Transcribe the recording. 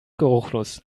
geruchlos